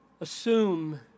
assume